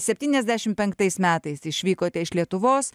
septyniasdešimt penktais metais išvykote iš lietuvos